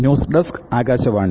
news desk Akashvani